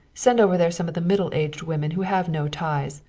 send over there some of the middle-aged women who have no ties.